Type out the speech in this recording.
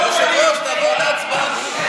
היושב-ראש, תעבור להצבעה.